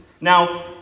Now